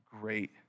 great